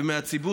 ומהציבור.